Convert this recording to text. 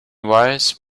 wise